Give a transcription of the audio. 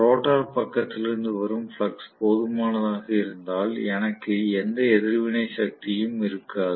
rotor பக்கத்திலிருந்து வரும் flux போதுமானதாக இருந்தால் எனக்கு எந்த எதிர்வினை சக்தியும் இருக்காது